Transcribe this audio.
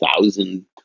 thousand